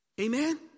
Amen